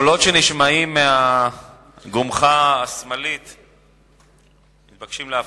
קולות שנשמעים מהגומחה השמאלית מתבקשים להפסיק.